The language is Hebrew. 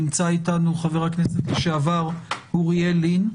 נמצא איתנו חבר הכנסת לשעבר אוריאל לין,